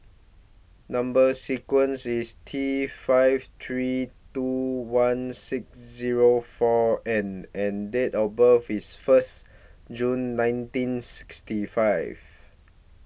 Number sequence IS T five three two one six Zero four N and Date of birth IS First June nineteen sixty five